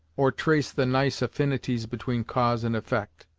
or trace the nice affinities between cause and effect,